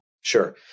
Sure